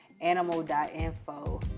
Animal.info